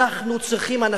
אנחנו צריכים את העזרה שלהם,